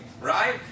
right